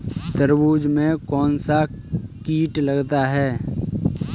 तरबूज में कौनसा कीट लगता है?